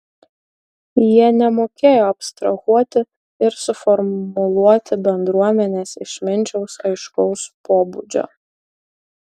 jie nemokėjo abstrahuoti ir suformuluoti bendruomenės išminčiaus aiškaus pobūdžio